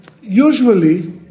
usually